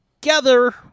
together